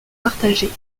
partagée